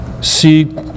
See